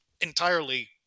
entirely